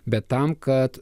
bet tam kad